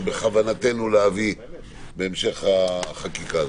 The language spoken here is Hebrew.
שבכוונתנו להביא בהמשך החקיקה הזאת.